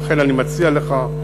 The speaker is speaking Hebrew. לכן אני מציע לך,